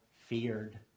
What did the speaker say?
feared